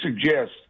suggest